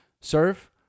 Serve